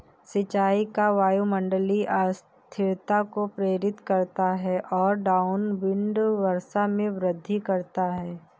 सिंचाई का वायुमंडलीय अस्थिरता को प्रेरित करता है और डाउनविंड वर्षा में वृद्धि करता है